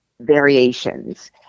variations